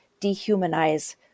dehumanize